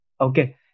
okay